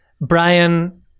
Brian